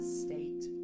state